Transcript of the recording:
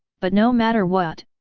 but no matter what,